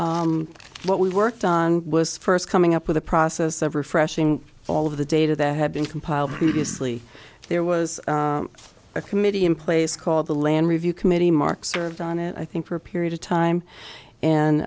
approval what we worked on was first coming up with a process of refreshing all of the data that had been compiled asli there was a committee in place called the land review committee mark served on it i think for a period of time and